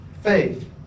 faith